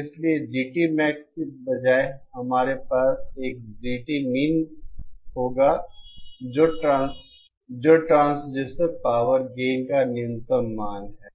इसलिए GTMax के बजाय हमारे पास एक GTmin होगा जो ट्रांसड्यूसर पावर गेन का न्यूनतम मान है